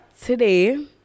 today